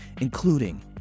including